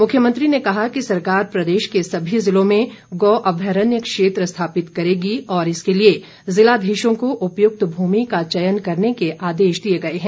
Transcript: मुख्यमंत्री ने कहा कि सरकार प्रदेश को सभी ज़िलों में गौ अभ्यारण्य क्षेत्र स्थापित करेगी और इसके लिए ज़िलाधीशों को उपयुक्त भूमि का चयन करने के आदेश दिए गए हैं